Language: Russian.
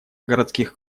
городских